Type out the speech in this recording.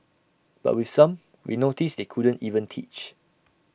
but with some we noticed they couldn't even teach